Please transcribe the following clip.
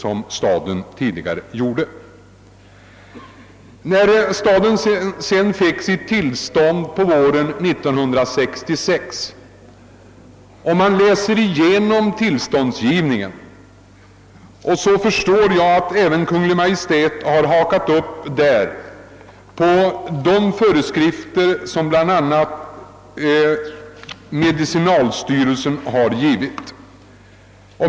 Om man läser igenom villkoren för det tillstånd, som staden fick våren 1966, förstår man därav att även Kungl. Maj:t har byggt på de föreskrifter som bl.a. medicinalstyrelsen givit.